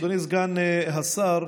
אדוני סגן השר,